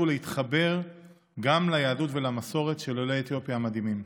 ולהתחבר גם ליהדות ולמסורת של עולי אתיופיה המדהימים.